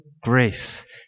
grace